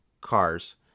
Cars